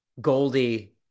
Goldie